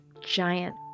giant